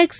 X